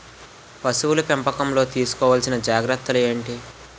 పశువుల పెంపకంలో తీసుకోవల్సిన జాగ్రత్త లు ఏంటి?